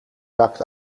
zakt